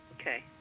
Okay